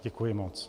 Děkuji moc.